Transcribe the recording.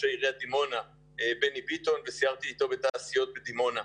עיריית דימונה בני ביטון בתעשיות בדימונה.